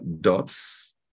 dots